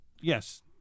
Yes